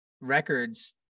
records